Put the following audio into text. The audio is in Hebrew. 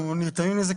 אנחנו נרתמים לזה.